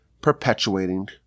perpetuating